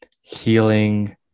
healing